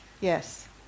Yes